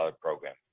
program